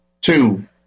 two